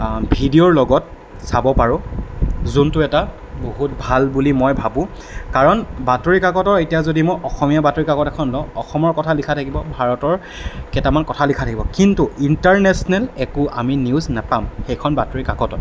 ভিডিঅ'ৰ লগত চাব পাৰোঁ যোণটো এটা বহুত ভাল বুলি মই ভাবোঁ কাৰণ বাতৰিকাকতৰ এতিয়া যদি মই অসমীয়া বাতৰিকাকত এখন লওঁ অসমৰ কথা লিখা থাকিব ভাৰতৰ কেইটামান কথা লিখা থাকিব কিন্তু ইণ্টাৰনেচনেল একো আমি নিউজ নেপাম সেইখন বাতৰিকাকতত